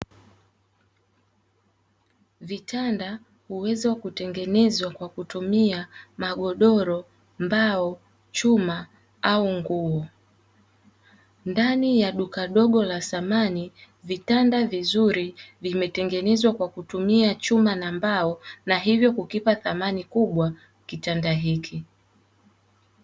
Vitanda huweza kutengenezwa kwa kutumia: magodoro, mbao, chuma au nguo. Ndani ya duka dogo la samani vitanda vizuri vimetengenezwa kwa kutumia chuma na mbao, na hivyo kukipa thamani kubwa kitanda hiki.